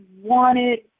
wanted